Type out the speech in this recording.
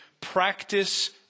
practice